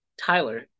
Tyler